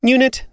Unit